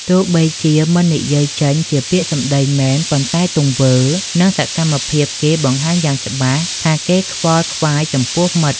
ទោះបីជាមិននិយាយចេញជាពាក្យសម្ដីមែន ប៉ុន្តែទង្វើ និងសកម្មភាពគេបង្ហាញយ៉ាងច្បាស់ថាគេខ្វល់ខ្វាយចំពោះមិត្ត។